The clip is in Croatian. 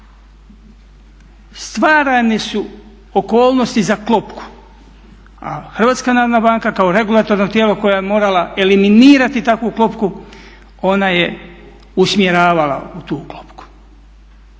Stvarane su okolnosti za klopku, a HNB kao regulatorno tijelo koje je morala eliminirati takvu klopku ona je usmjeravala u tu klopku.